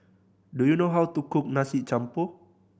do you know how to cook Nasi Campur